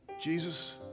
Jesus